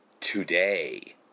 today